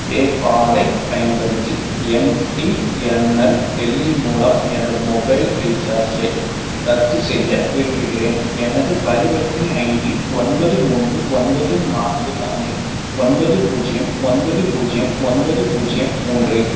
PayPal ஐப் பயன்படுத்தி MTNL Delhi மூலம் எனது மொபைல் ரீசார்ஜை ரத்து செய்ய விரும்புகிறேன் எனது பரிவர்த்தனை ஐடி ஒன்பது மூன்று ஒன்பது நான்கு நான்கு ஒன்பது பூஜ்ஜியம் ஒன்பது பூஜ்ஜியம் ஒன்பது பூஜ்ஜியம் மூன்று